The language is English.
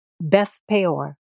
Beth-Peor